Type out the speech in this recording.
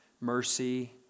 mercy